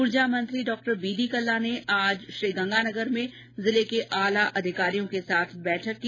ऊर्जा मंत्री doctor B D Kalla ने आज श्रीगंगानगर में जिले के आला अधिकारियों के साथ बैठक की